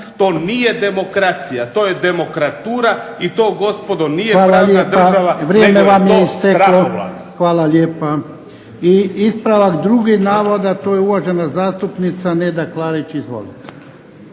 To nije demokracija. To je demokratura i to gospodo nije pravna država **Jarnjak, Ivan (HDZ)** Hvala lijepa, vrijeme vam je isteklo. Hvala lijepa. I ispravak drugi navoda, a to je uvažena zastupnica Neda Klarić. Izvolite.